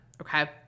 okay